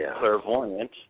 clairvoyant